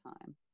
time